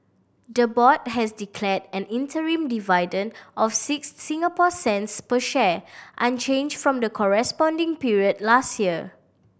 the board has declared an interim dividend of six Singapore cents per share unchanged from the corresponding period last year